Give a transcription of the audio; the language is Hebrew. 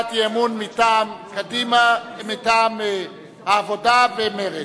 הצעת אי-אמון מטעם העבודה ומרצ.